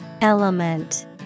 Element